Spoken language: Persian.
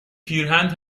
پیرهن